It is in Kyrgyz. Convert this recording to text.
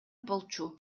болчу